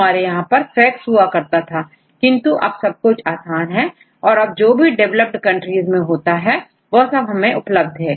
हमारे यहां fax हुआ करता था किंतु अब सब कुछ आसान है अब जो भी डेवलप्ड कंट्रीज में होता है वह सब हमें उपलब्ध है